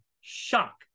shock